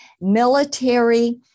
military